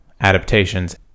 adaptations